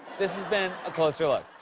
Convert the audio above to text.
this has been a closer look.